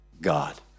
God